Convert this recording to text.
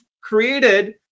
created